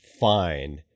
fine